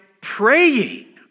praying